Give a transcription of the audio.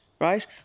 right